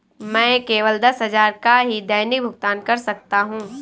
मैं केवल दस हजार का ही दैनिक भुगतान कर सकता हूँ